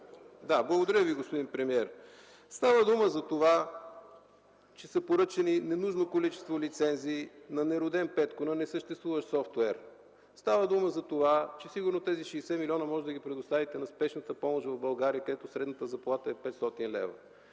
Благодаря Ви, господин премиер. Става въпрос за това, че са поръчани ненужно количество лицензи на „нероден Петко”, на несъществуващ софтуер. Става дума за това, че сигурно тези 60 милиона можете да ги предоставите на „Спешната помощ” в България, където средната заплата е 500 лв.